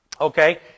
Okay